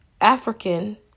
African